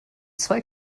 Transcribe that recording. zwei